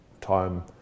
time